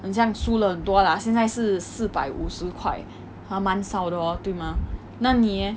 很像输了很多 lah 现在是四百五十块还蛮少的 hor 对吗那你 leh